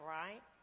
right